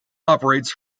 operates